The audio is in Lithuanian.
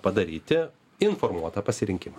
padaryti informuotą pasirinkimą